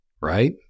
right